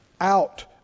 out